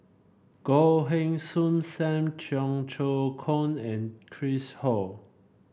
Goh Heng Soon Sam Cheong Choong Kong and Chris Ho